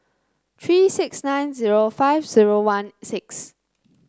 three six nine zero five zero one six